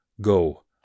Go